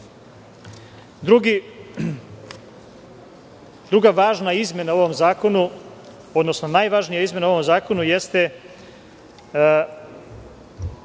važna izmena u ovom zakonu, odnosno najvažnija izmena u ovom zakonu jeste